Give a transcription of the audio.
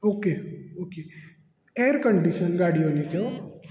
okay okay air condition गाडियो न्ही त्यो